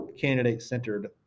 candidate-centered